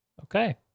Okay